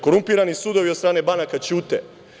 Korumpirani sudovi od strane banaka ćute.